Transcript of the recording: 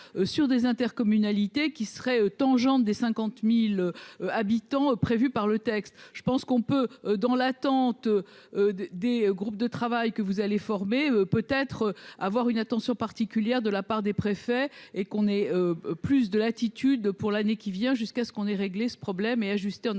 sur des intercommunalités qui serait tangente des 50000 habitants prévues par le texte, je pense qu'on peut, dans l'attente des groupes de travail que vous allez former peut être avoir une attention particulière de la part des préfets et qu'on ait plus de latitude pour l'année qui vient jusqu'à ce qu'on ait réglé ce problème et ajusté en attendant